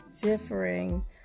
differing